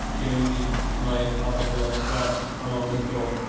giving the knife a couple of scrapes along the floor,